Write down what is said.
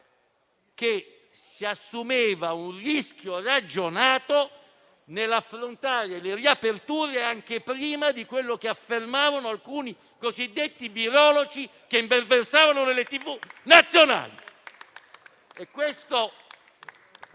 che si assumeva un rischio ragionato nell'affrontare le riaperture anche prima di quanto affermavano alcuni cosiddetti virologi che imperversavano nelle televisioni